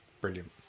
brilliant